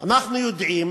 אנחנו יודעים